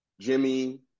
Jimmy